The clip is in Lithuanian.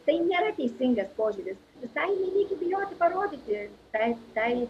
tai nėra teisingas požiūris visai nereikia bijoti parodyti tai tai